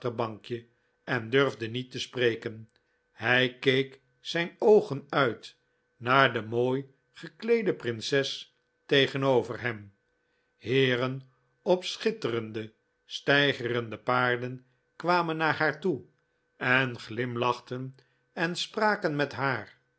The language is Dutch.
achterbankje en durfde niet te spreken hij keek zijn oogen uit naar de mooi gekleede prinses tegenover hem heeren op schitterende steigerende paarden kwamen naar haar toe en glimlachten en spraken met haar